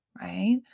Right